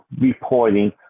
reporting